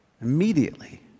Immediately